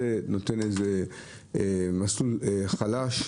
מסלול חלש,